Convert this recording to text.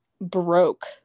broke